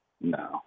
no